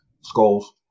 Skulls